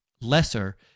lesser